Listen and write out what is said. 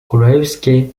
gruevski